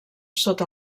sota